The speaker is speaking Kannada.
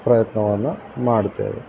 ಪ್ರಯತ್ನವನ್ನು ಮಾಡುತ್ತೇವೆ